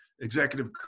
executive